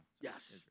Yes